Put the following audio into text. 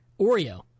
Oreo